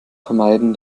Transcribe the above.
vermeiden